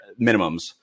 minimums